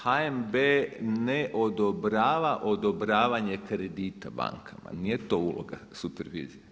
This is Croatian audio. HNB ne odobrava odobravanje kredita bankama, nije to uloga supervizije.